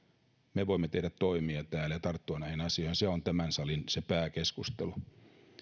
me voimme tehdä täällä toimia ja tarttua näihin asioihin se on tämän salin pääkeskustelu